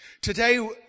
Today